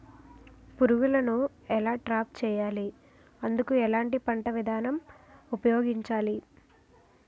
పురుగులను ఎలా ట్రాప్ చేయాలి? అందుకు ఎలాంటి పంట విధానం ఉపయోగించాలీ?